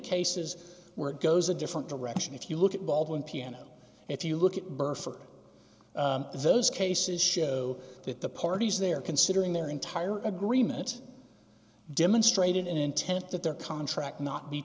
cases where it goes a different direction if you look at baldwin piano if you look at burford those cases show that the parties they're considering their entire agreement demonstrated intent that their contract not be